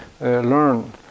learn